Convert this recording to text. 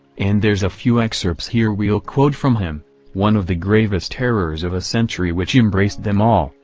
and there's a few excerpts here we'll quote from him one of the gravest errors of a century which embraced them all,